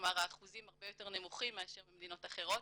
כלומר האחוזים הרבה יותר נמוכים מאשר במדינות אחרות,